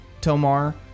Tomar